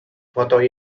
foto